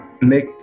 make